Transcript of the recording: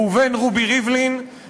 ראובן רובי ריבלין,